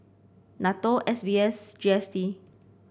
NATO S B S and G S T